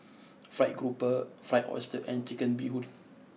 Fried Grouper Fried Oyster and Chicken Bee Hoon